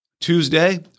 Tuesday